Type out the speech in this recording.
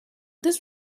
this